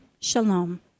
shalom